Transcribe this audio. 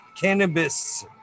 cannabis